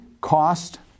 cost